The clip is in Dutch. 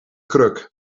kruk